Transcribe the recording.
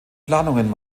planungen